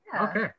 Okay